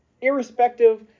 irrespective